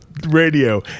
radio